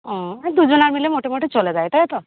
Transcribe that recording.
ও ঐ দুজনা মিলে মোটামুটি চলে যায় তাই তো